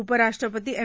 उपराष्ट्रपती एम